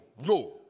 No